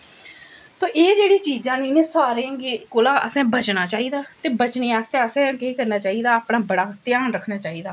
ते एह् जेह्ड़ी चीज़ां न इ'नें सारें गी कोला असें बचना चाहिदा ते बचने आस्तै असें केह् करना चाहिदा अपना बड़ा ध्यान रक्खना चाहिदा